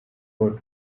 paul